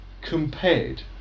compared